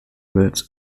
words